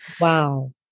Wow